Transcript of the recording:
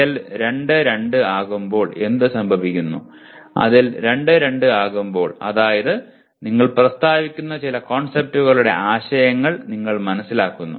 cell 2 2 ആകുമ്പോൾ എന്തുസംഭവിക്കുന്നു അത് 2 2 ആകുമ്പോൾ അതായത് നിങ്ങൾ പ്രസ്താവിക്കുന്ന ചില കോൺസെപ്റ്റുകളുടെ ആശയങ്ങൾ നിങ്ങൾ മനസിലാക്കുന്നു